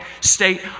state